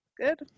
Good